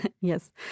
Yes